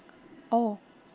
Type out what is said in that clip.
oh